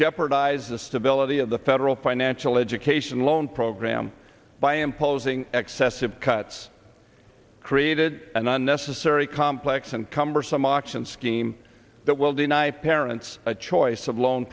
jeopardize the stability of the federal financial education loan program by imposing excessive cuts created an unnecessary complex and cumbersome auction scheme that will deny parents a choice of loan